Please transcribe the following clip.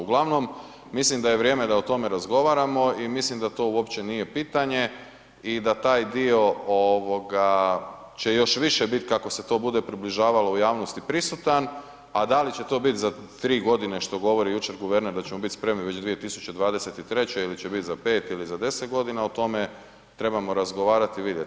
Uglavnom, mislim da je vrijeme da o tome razgovaramo i mislim da to uopće nije pitanje i da taj dio ovoga će još više biti kako se to bude približavalo u javnosti prisutan, a da li će to biti za 3 godine što govori jučer guverner da ćemo već biti spremni već 2023. ili će biti za 5 ili 10 godina o tome trebamo razgovarati i vidjet.